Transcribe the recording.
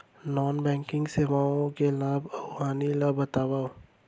non banking सेवाओं के लाभ अऊ हानि ला बतावव